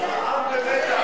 העם במתח,